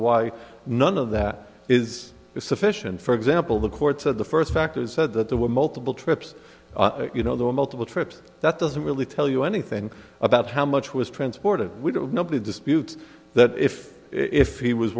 why none of that is sufficient for example the court said the first fact is said that there were multiple trips you know there were multiple trips that doesn't really tell you anything and about how much was transported we don't nobody disputes that if if he was